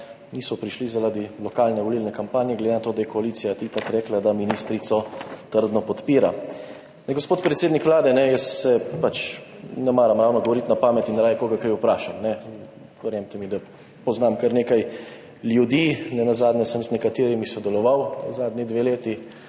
niso prišli zaradi lokalne volilne kampanje, glede na to, da je koalicija itak rekla, da ministrico trdno podpira. Gospod predsednik Vlade, jaz pač ne maram govoriti ravno na pamet in raje koga kaj vprašam. Verjemite mi, da poznam kar nekaj ljudi, nenazadnje sem z nekaterimi sodeloval zadnji dve leti,